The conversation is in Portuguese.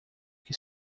que